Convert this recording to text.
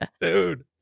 dude